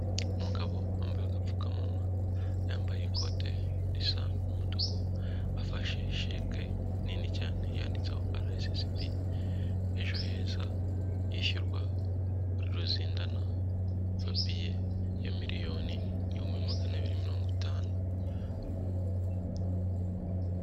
Umugabo wambaye agapfukamunwa, yambaye ikote risa n'umutuku, afashe sheke nini cyane, yanditseho RSSB ejo heza, yishyurwa Ruzindana Fabien ya miliyoni n'ibihumbi magana abiri mirongo itanu.